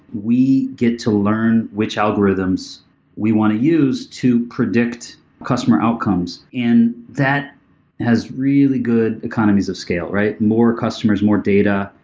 we get to learn which algorithms we want to use to predict customer outcomes, and that has really good economies of scale, right? more customers, more data,